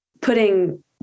putting